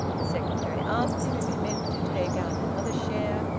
the secretary asked him if he meant to take out another share,